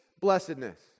blessedness